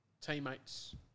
teammates